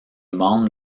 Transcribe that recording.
membre